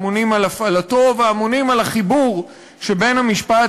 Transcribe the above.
אמונים על הפעלתו ואמונים על החיבור שבין המשפט